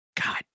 God